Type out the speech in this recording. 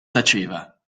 taceva